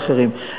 ואחרים,